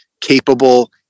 capable